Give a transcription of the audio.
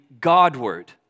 Godward